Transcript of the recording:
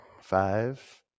Five